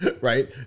right